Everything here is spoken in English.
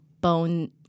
Bone